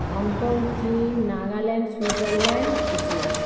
Hong Kong চীন Nagaland Switzerland Asia